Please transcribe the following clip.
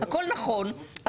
הכול נכון,